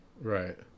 right